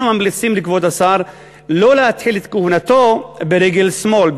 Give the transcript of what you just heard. אנחנו ממליצים לכבוד השר לא להתחיל את כהונתו ברגל שמאל,